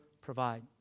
provide